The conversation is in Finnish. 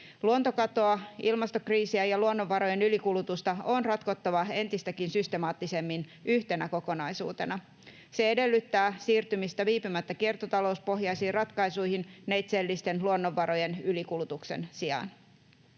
Luontokatoa, ilmastokriisiä ja luonnonvarojen ylikulutusta on ratkottava entistäkin systemaattisemmin yhtenä kokonaisuutena. Se edellyttää siirtymistä viipymättä kiertotalouspohjaisiin ratkaisuihin neitseellisten luonnonvarojen ylikulutuksen sijaan.